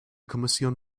kommission